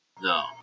No